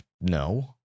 no